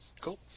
Cool